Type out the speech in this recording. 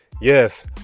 Yes